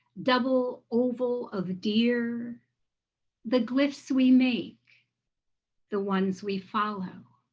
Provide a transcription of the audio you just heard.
double oval of deer the glyphs we make the ones we follow.